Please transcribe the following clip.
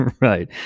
Right